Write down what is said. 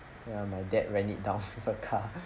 ya my dad ran it down with a car